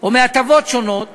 או מהטבות שונות